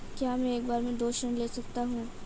क्या मैं एक बार में दो ऋण ले सकता हूँ?